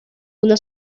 una